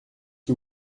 que